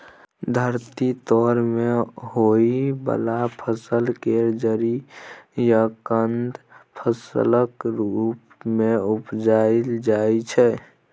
धरती तर में होइ वाला फसल केर जरि या कन्द फसलक रूप मे उपजाइल जाइ छै